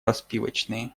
распивочные